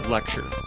lecture